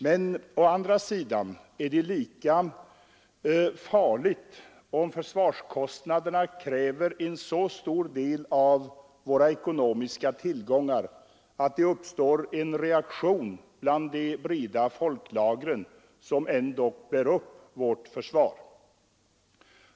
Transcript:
Men å andra sidan är det lika farligt om försvarskostnaderna kräver en så stor del av våra ekonomiska tillgångar att det uppstår en reaktion bland de breda folklagren, som ändock bär upp vårt försvar.